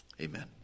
Amen